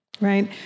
right